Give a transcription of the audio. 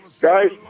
guys